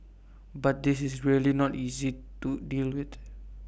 but this is really not easy to deal with